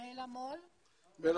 ביילה מול מנעל"ה.